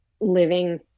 living